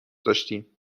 داشتیم